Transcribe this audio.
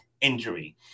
injury